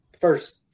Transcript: First